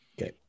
okay